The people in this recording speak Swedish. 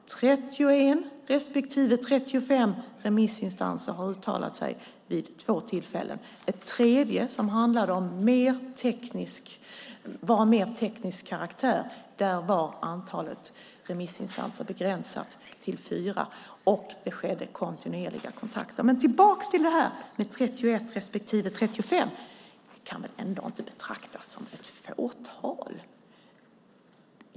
31 respektive 35 remissinstanser har uttalat sig vid två tillfällen. Vid ett tredje tillfälle, då det handlade om sådant som var av mer teknisk karaktär, var antalet remissinstanser begränsat till 4, och det skedde kontinuerliga kontakter. Låt oss gå tillbaka till detta med 31 respektive 35. Det kan väl ändå inte betraktas som ett fåtal?